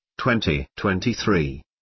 2023